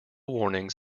warnings